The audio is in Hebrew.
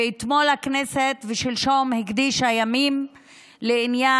אתמול ושלשום הכנסת הקדישה ימים לעניין